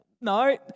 no